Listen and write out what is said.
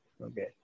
Okay